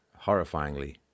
horrifyingly